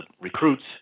recruits